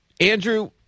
Andrew